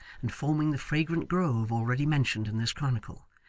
and forming the fragrant grove already mentioned in this chronicle,